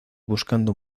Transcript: buscando